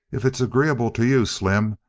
if it's agreeable to you, slim,